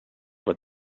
what